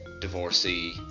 divorcee